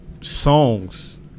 songs